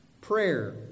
Prayer